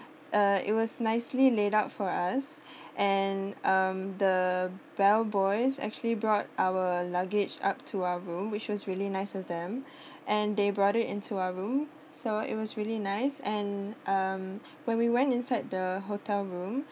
uh it was nicely laid out for us and um the bell boys actually brought our luggage up to our room which was really nice of them and they brought it into our room so it was really nice and um when we went inside the hotel room